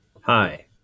Hi